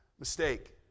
Mistake